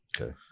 Okay